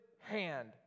hand